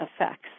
effects